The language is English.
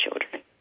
children